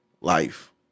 life